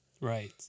Right